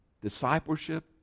discipleship